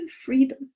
freedom